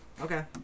Okay